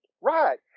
Right